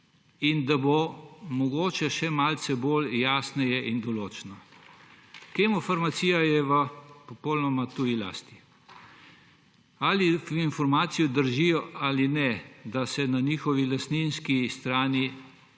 Da bo mogoče še malce jasneje in bolj določno. Kemofarmacija je v popolnoma tuji lasti. Ali informacije držijo ali ne, ali se na njihovi lastniški strani